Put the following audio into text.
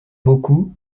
beaucoup